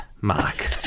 Mark